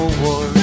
war